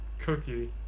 Cookie